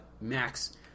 Max